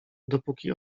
dopóki